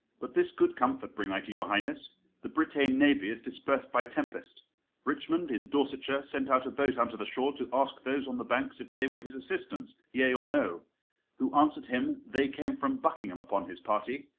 but this good comfort bring i to your highness the britagne navy is dispers'd by tempest richmond, in dorsetshire, sent out a boat unto the shore, to ask those on the banks if they were his assistants, yea or no who answer'd him they came from buckingham upon his party.